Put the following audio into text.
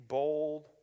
bold